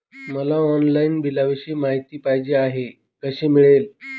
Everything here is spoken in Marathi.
मला ऑनलाईन बिलाविषयी माहिती पाहिजे आहे, कशी मिळेल?